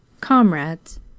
Comrades